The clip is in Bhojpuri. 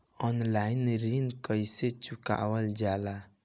ऑनलाइन ऋण कईसे चुकावल जाला?